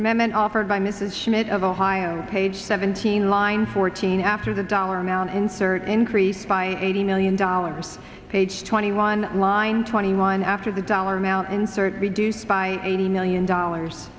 memon offered by mrs schmidt of ohio page seventeen line fourteen after the dollar amount insert increased by eighty million dollars page twenty one line twenty one after the dollar amount insert the deuce by eighty million dollars